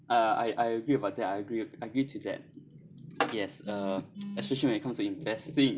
uh I I agree about that I agree I agree to that yes uh especially when it comes to investing